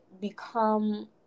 become